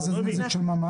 מה זה נזק של ממש?